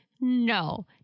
No